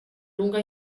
lunga